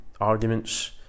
arguments